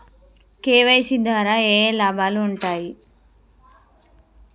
KYC ద్వారా ఏఏ లాభాలు ఉంటాయి?